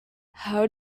how